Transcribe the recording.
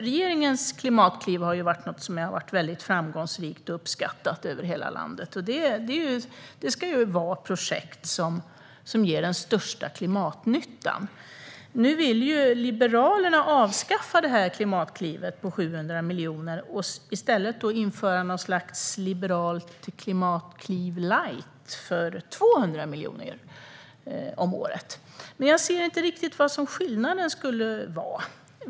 Regeringens klimatkliv har varit väldigt framgångsrikt och uppskattat över hela landet. Det ska gälla projekt som ger den största klimatnyttan. Liberalerna vill nu avskaffa Klimatklivet på 700 miljoner och i stället införa något slags liberalt klimatkliv light för 200 miljoner om året. Men jag ser inte riktigt vad skillnaden skulle vara.